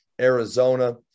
Arizona